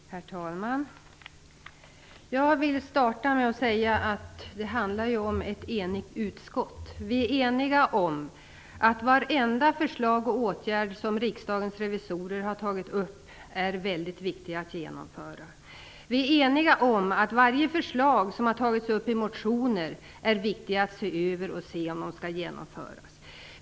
Herr talman! Jag vill börja med att säga att utskottet är enigt. Vi är överens om att vartenda förslag till åtgärder som Riksdagens revisorer har lagt fram är mycket viktigt att genomföra. Vi är också eniga om att det är viktigt att ta ställning till ett genomförande av varje förslag som har tagits upp i motionerna.